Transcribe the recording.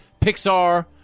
Pixar